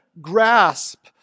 grasp